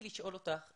לשאול אותך,